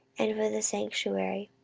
and for the sanctuary,